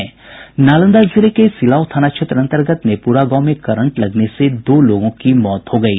नालंदा जिले के सिलाव थाना क्षेत्र अन्तर्गत नेपुरा गांव में करंट लगने से दो लोगों की मौत हो गयी